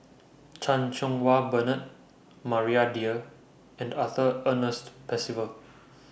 Chan Cheng Wah Bernard Maria Dyer and Arthur Ernest Percival